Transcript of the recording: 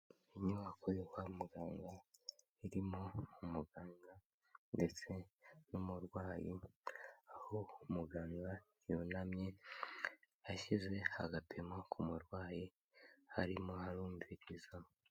Inyubako yo kwa muganga, irimo umuganga ndetse n'umurwayi, aho umuganga yunamye ashyize agapimo k'umurwayi arimo arumviriza.